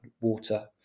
water